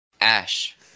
ash